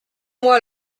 moi